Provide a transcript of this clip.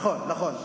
נכון.